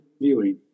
viewing